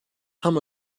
tam